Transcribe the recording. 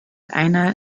einer